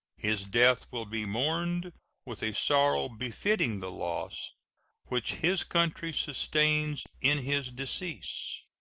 his death will be mourned with a sorrow befitting the loss which his country sustains in his decease.